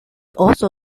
also